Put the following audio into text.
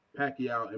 Pacquiao